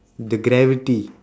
the gravity